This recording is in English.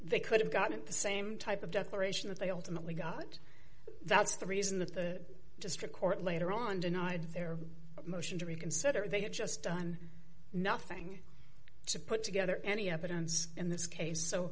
they could have gotten the same type of declaration that they ultimately got that's the reason that the district court later on denied their motion to reconsider they had just done nothing to put together any evidence in this case so